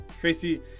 Tracy